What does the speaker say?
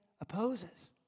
opposes